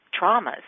traumas